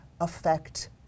affect